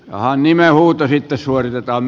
anime uutehitä suoritetaan